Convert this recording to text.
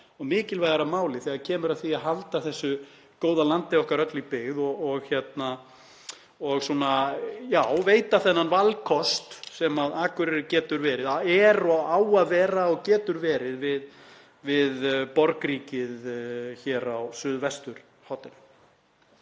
og mikilvægara máli þegar kemur að því að halda þessu góða landi okkar öllu í byggð og veita þennan valkost sem Akureyri er og á að vera og getur verið við borgríkið hér á suðvesturhorninu.